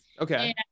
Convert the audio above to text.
Okay